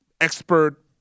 expert